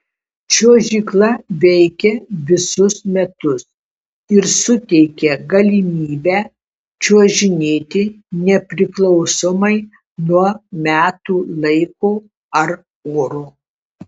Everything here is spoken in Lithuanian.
čiuožykla veikia visus metus ir suteikia galimybę čiuožinėti nepriklausomai nuo metų laiko ar oro